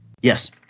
Yes